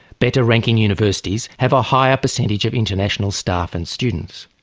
better ranking universities have a higher percentage of international staff and students.